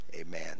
amen